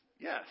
yes